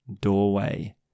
doorway